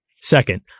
Second